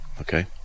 Okay